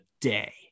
day